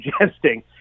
suggesting